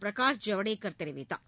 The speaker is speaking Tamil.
பிரகாஷ் ஜவடேகர் தெரிவித்தார்